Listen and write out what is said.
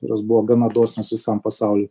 kurios buvo gana dosnios visam pasauliui